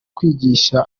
kwigisha